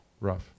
rough